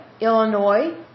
Illinois